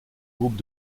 groupe